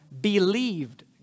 believed